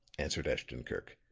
answered ashton-kirk.